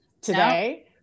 today